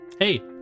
Hey